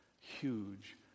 huge